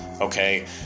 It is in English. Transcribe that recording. okay